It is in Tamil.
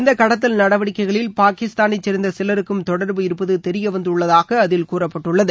இந்த கடத்தல் நடவடிக்கைகளில் பாகிஸ்தானை சேர்ந்த சிலருக்கும் தொடர்பு இருப்பது தெரியவந்துள்ளதாக அதில் கூறப்பட்டுள்ளது